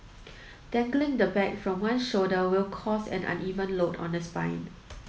dangling the bag from one shoulder will cause an uneven load on the spine